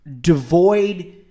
devoid